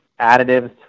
additives